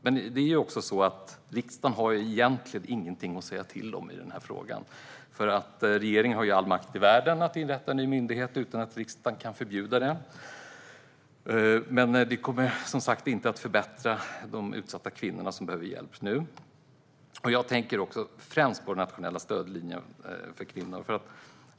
Men riksdagen har ju egentligen inget att säga till om i denna fråga. Regeringen har all makt i världen att inrätta en ny myndighet utan att riksdagen kan förbjuda det, men det kommer som sagt inte att förbättra för de utsatta kvinnorna som behöver hjälp nu. Jag tänker främst på den nationella stödlinjen för kvinnor.